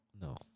No